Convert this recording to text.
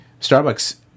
Starbucks